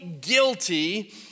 guilty